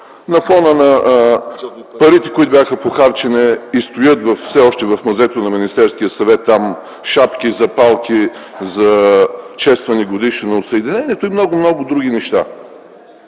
на фона на парите, които бяха похарчени и стоят все още в мазето на Министерския съвет за шапки, за палки за честване годишнина от Съединението и много, много други неща.